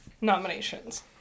nominations